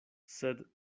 sed